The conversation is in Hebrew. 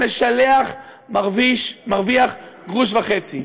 משלח ומרוויח גרוש וחצי,